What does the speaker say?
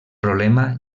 problema